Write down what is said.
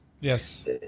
Yes